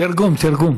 תרגום, תרגום.